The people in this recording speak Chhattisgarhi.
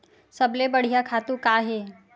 सबले बढ़िया खातु का हे?